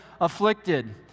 afflicted